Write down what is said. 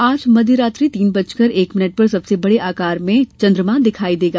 आज मध्यरात्रि तीन बजकर एक मिनट पर सबसे बड़े आकार में चन्द्रमा दिखाई देगा